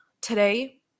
Today